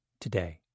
today